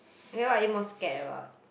okay what are you most scared about